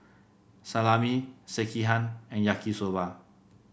Salami Sekihan and Yaki Soba